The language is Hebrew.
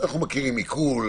אנחנו מכירים עיקול,